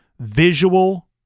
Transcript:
visual